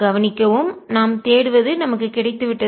கவனிக்கவும் நாம் தேடுவது நமக்கு கிடைத்துவிட்டது